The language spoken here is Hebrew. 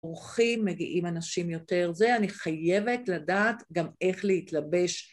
אורחים מגיעים אנשים יותר זה, אני חייבת לדעת גם איך להתלבש.